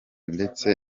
ndetse